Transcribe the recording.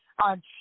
on